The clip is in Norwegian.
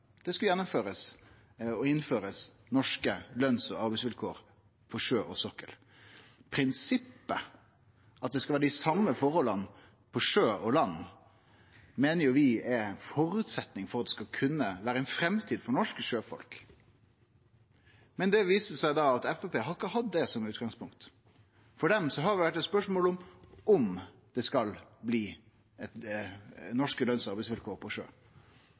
det skulle gjennomførast og innførast norske løns- og arbeidsvilkår på sjø og sokkel. Prinsippet om at det skal vere dei same forholda på sjø og land, meiner vi er ein føresetnad for at det skal kunne vere ei framtid for norske sjøfolk. Men det viser seg at Framstegspartiet ikkje har hatt det som utgangspunkt. For dei har det vore eit spørsmål om det skal vere norske løns- og arbeidsvilkår på